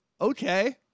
okay